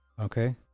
Okay